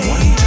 One